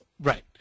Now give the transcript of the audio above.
Right